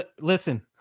listen